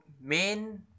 main